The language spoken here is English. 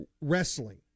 wrestling